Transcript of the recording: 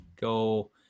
go –